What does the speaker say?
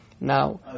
Now